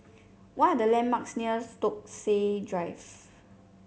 what are the landmarks near Stokesay Drive